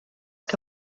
que